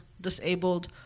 disabled